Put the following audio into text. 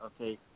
okay